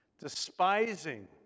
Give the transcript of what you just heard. despising